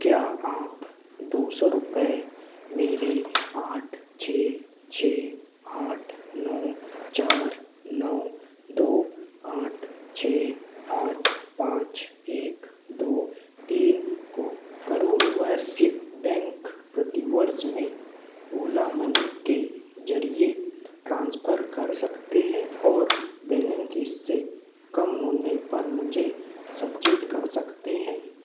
क्या आप दो सौ रुपये मेरे आठ छः छः आठ नौ चार नौ दो आठ छेह आठ पाँच एक दो तीन को करूर वयस्य बैंक प्रतिवर्ष में ओला मनी के ज़रिए ट्रांसफ़र कर सकते हैं और बैलेंस इससे कम होने पर मुझे सचेत कर सकते हैं